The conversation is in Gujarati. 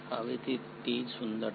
હવે તે જ સુંદરતા છે